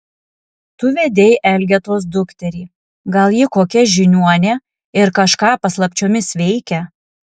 tu vedei elgetos dukterį gal ji kokia žiniuonė ir kažką paslapčiomis veikia